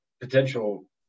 potential